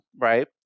right